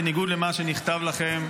בניגוד למה שנכתב לכם,